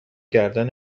گردن